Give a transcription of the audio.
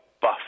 buff